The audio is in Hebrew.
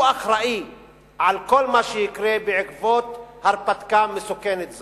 הוא אחראי לכל מה שיקרה בעקבות הרפתקה מסוכנת זו.